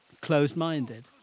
closed-minded